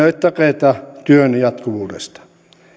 ole takeita työn jatkuvuudesta